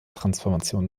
transformation